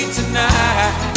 tonight